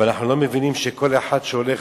אבל אנחנו לא מבינים שכל אחד שהולך,